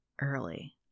early